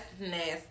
nasty